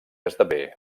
esdevé